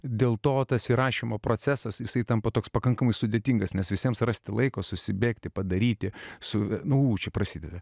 dėl to tas įrašymo procesas jisai tampa toks pakankamai sudėtingas nes visiems rasti laiko susibėgti padaryti su nu u čia prasideda